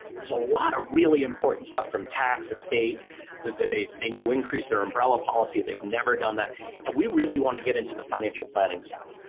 there's a lot of really important stuff from tax to state that they they knew increased their umbrella policy. they've never done that and we really want to get into the financial planning side.